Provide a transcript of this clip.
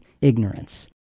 ignorance